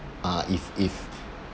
uh if if